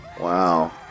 Wow